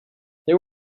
there